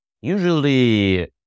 usually